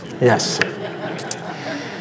Yes